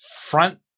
front